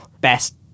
best